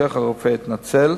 ובהמשך הרופא התנצל.